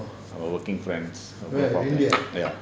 for working friends ya